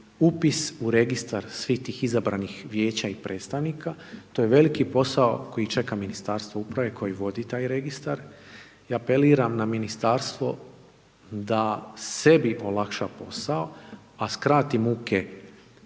upis u registar svih tih izabranih vijeća i predstavnika, to je veliki posao koji čeka Ministarstvo uprave koji vodi taj registar i apeliram na ministarstvo da sebi olakša posao, a skrati muke